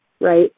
right